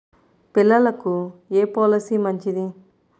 పిల్లలకు ఏ పొలసీ మంచిది?